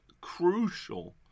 crucial